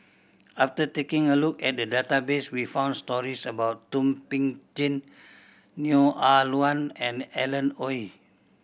after taking a look at the database we found stories about Thum Ping Tjin Neo Ah Luan and Alan Oei